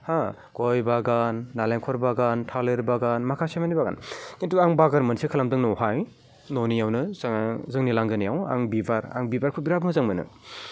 हा गय बागान नारेंखल बागान थालिर बागान माखासेमानि बागान किन्तु आं बागान मोनसे खालामदों न'आवहाय न'नियावनो जोंनि लांगोनायाव आं बिबार आं बिबारखौ बिरात मोजां मोनो